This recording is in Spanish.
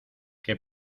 que